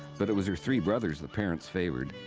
but it was her three brothers the parents favoured.